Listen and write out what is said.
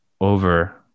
over